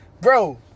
bro